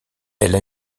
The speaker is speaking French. elle